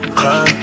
cry